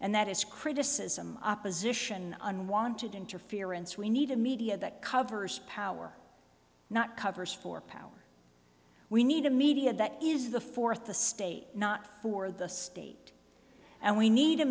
and that is criticism opposition unwanted interference we need a media that covers power not covers for power we need a media that is the fourth the state not for the state and we need a